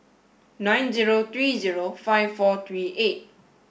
nine zero three zero five four three eight